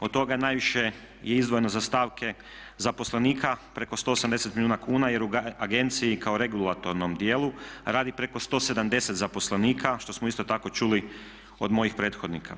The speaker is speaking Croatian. Od toga najviše je izdvojeno za stavke zaposlenike preko 180 milijuna kuna jer u agenciji kao regulatornom tijelu radi preko 170 zaposlenika što smo isto tako čuli od mojih prethodnika.